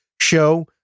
show